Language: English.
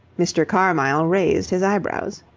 mr. carmyle raised his eyebrows.